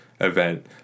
event